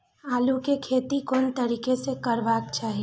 आलु के खेती कोन तरीका से करबाक चाही?